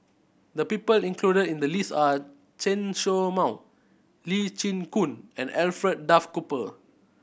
the people included in the list are Chen Show Mao Lee Chin Koon and Alfred Duff Cooper